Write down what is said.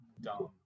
dumb